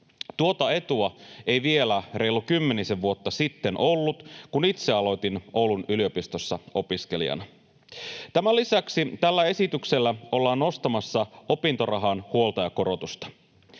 Tuota etua ei vielä reilu kymmenisen vuotta sitten ollut, kun itse aloitin Oulun yliopistossa opiskelijana. Tämän lisäksi tällä esityksellä ollaan nostamassa opintorahan huoltajakorotusta.